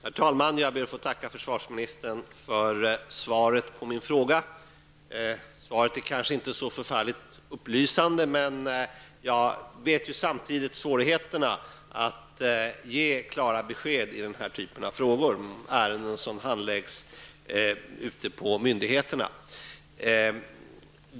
Herr talman! Jag ber att få tacka försvarsministern för svaret på min fråga. Svaret är kanske inte så förfärligt upplysande, men jag vet samtidigt om svårigheterna med att ge klara besked i den här typen av frågor, som rör ärenden som handläggs ute på myndigheterna.